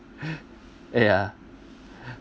ya